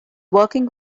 working